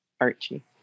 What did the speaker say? Archie